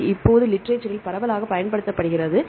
இது இப்போது லிட்ரேசரில் பரவலாக பயன்படுத்தப்படுகிறது